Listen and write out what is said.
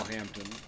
Hampton